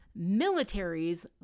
militaries